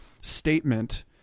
statement